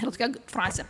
va tokią frazę